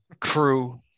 crew